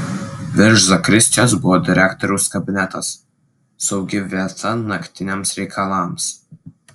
virš zakristijos buvo direktoriaus kabinetas saugi vieta naktiniams reikalams